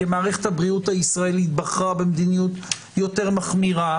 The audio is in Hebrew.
כי מערכת הבריאות הישראלית בחרה במדיניות יותר מחמירה,